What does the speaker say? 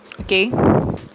Okay